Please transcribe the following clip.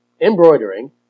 embroidering